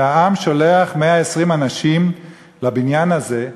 שהעם שולח 120 אנשים לבניין הזה,